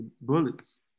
Bullets